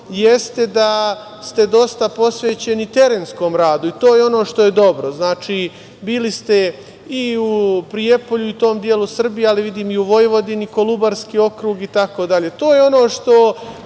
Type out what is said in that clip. jeste da ste dosta posvećeni terenskom radu i to je ono što je dobro. Znači, bili ste i u Prijepolju i tom delu Srbije, ali vidim i u Vojvodini, Kolubarski okrug i tako dalje. To je ono što